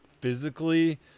physically